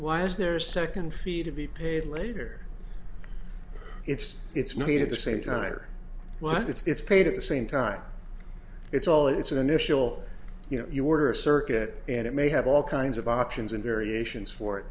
why is there a second fee to be paid later it's it's needed the same time or what it's paid at the same time it's all it's an initial you know you order a circuit and it may have all kinds of options and variations for